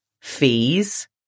fees